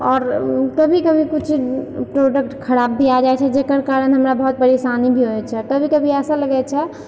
आओर कभी कभी किछु प्रोडक्ट खराब भी आ जाए छै जकर कारण हमरा बहुत परेशानी भी होइत छै कभी कभी ऐसा लगै छै